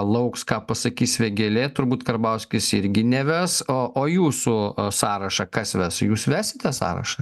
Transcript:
lauks ką pasakys vėgėlė turbūt karbauskis irgi neves o jūsų sąrašą kas ves jūs vesite sąrašą